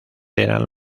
eran